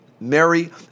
Mary